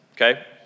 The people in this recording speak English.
okay